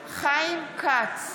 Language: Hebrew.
כץ,